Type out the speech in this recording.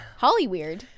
Hollyweird